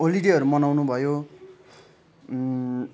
होलिडेहरू मनाउनु भयो